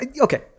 okay